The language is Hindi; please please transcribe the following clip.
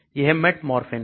यह metformin है